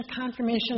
Confirmation